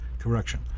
Correction